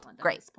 Great